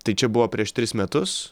tai čia buvo prieš tris metus